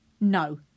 No